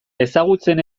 ezagutzen